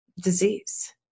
disease